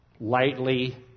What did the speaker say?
lightly